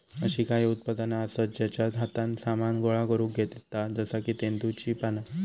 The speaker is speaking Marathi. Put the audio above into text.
अशी काही उत्पादना आसत जेच्यात हातान सामान गोळा करुक येता जसा की तेंदुची पाना